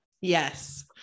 Yes